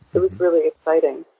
it was really exciting.